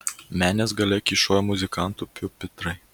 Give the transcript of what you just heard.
menės gale kyšojo muzikantų piupitrai